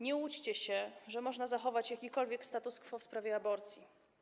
Nie łudźcie się, że można zachować jakikolwiek status quo w sprawie aborcji.